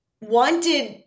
wanted